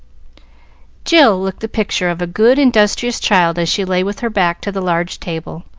jill looked the picture of a good, industrious child as she lay with her back to the large table,